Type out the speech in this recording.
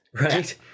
Right